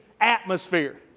atmosphere